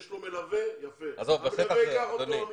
יש לו מלווה והוא ייקח אותו.